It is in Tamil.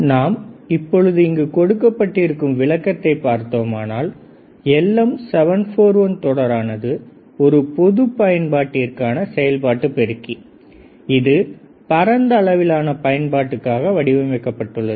நாம் இப்பொழுது இங்கு கொடுக்கப் பட்டிருக்கும் விளக்கத்தை பார்த்தோமானால் LM 741 தொடரானது ஒரு பொதுப் பயன்பாட்டிற்கான செயல்பாட்டு பெருக்கி இது பரந்த அளவிலான பயன்பாட்டுக்காக வடிவமைக்கப்பட்டுள்ளது